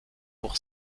pour